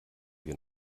wir